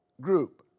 group